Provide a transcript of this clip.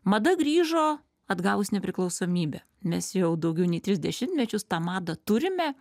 mada grįžo atgavus nepriklausomybę mes jau daugiau nei tris dešimtmečius tą madą turime